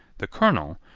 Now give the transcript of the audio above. the colonel,